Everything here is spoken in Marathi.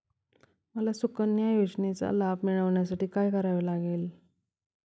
मला सुकन्या योजनेचा लाभ मिळवण्यासाठी काय करावे लागेल?